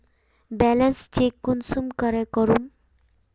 Balance check कुंसम करे करूम?